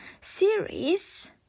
series